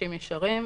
אנשים ישרים,